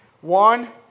One